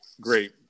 great